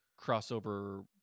crossover